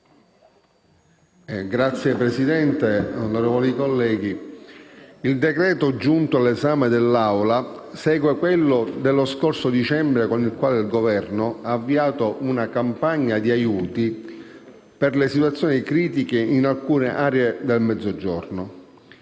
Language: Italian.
Signora Presidente, onorevoli colleghi, il decreto-legge giunto all'esame dell'Assemblea segue quello dello scorso dicembre, con cui il Governo ha avviato una campagna di aiuti per le situazioni critiche in alcune aree del Mezzogiorno.